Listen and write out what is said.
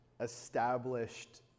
established